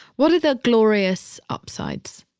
what are the glorious upsides?